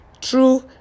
True